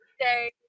say